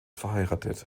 verheiratet